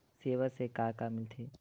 सेवा से का का मिलथे?